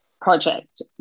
project